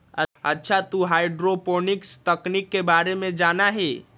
अच्छा तू हाईड्रोपोनिक्स तकनीक के बारे में जाना हीं?